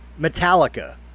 Metallica